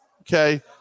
Okay